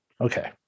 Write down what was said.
Okay